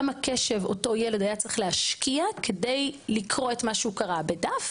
כמה קשב אותו ילד היה צריך להשקיע כדי לקרוא את מה שהוא קרא בדף